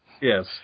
Yes